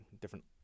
different